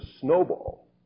snowball